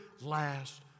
last